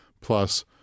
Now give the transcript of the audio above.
plus